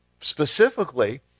specifically